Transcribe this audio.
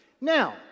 Now